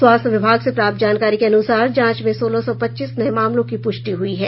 स्वास्थ्य विभाग से प्राप्त जानकारी के अनुसार जांच में सोलह सौ पच्चीस नये मामलों की पुष्टि हुई है